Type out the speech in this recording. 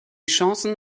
chancen